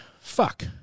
fuck